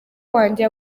wanjye